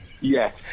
Yes